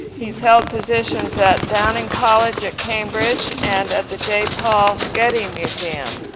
he's held positions at downing college at cambridge and at the j. paul getty museum.